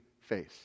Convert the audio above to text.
face